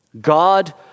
God